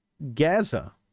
Gaza